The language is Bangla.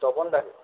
তপনদাকে